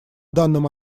данным